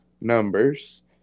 Numbers